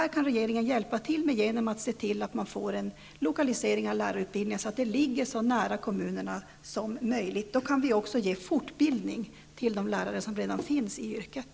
Här kan regeringen hjälpa till genom att se till att det blir en lokalisering av lärarutbildningen, så att den ligger så nära kommunerna som möjligt. Då kan vi också ge fortbildning till de lärare som redan finns i yrket.